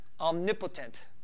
omnipotent